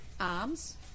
arms